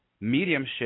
mediumship